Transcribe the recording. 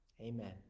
Amen